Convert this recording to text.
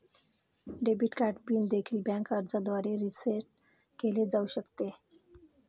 debit card pin देखील bank अर्जाद्वारे reset केले जाऊ शकते